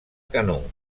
canó